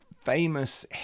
famous